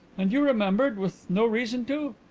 and you remembered with no reason to?